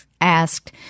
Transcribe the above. asked